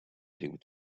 people